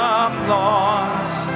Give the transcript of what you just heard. applause